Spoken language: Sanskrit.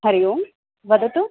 हरिः ओं वदतु